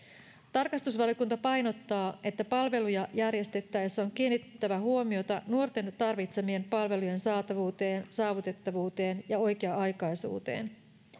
tarkastusvaliokunta painottaa että palveluja järjestettäessä on kiinnitettävä huomiota nuorten tarvitsemien palvelujen saatavuuteen saavutettavuuteen ja oikea aikaisuuteen